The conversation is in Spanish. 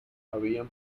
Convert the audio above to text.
habían